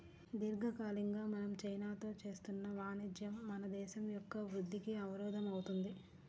దీర్ఘకాలికంగా మనం చైనాతో చేస్తున్న వాణిజ్యం మన దేశం యొక్క వృద్ధికి అవరోధం అవుతుంది